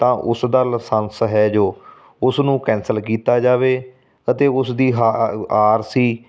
ਤਾਂ ਉਸ ਦਾ ਲਾਸੰਸ ਹੈ ਜੋ ਉਸ ਨੂੰ ਕੈਂਸਲ ਕੀਤਾ ਜਾਵੇ ਅਤੇ ਉਸਦੀ ਹਾ ਆ ਆਰ ਸੀ